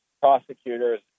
prosecutors